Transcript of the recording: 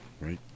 Right